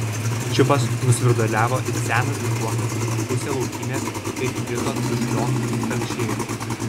čipas nusvirduliavo it senas girtuoklis pusę laukymės ir įkrito tuščion tranšėjon